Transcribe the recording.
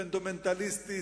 פונדמנטליסטי,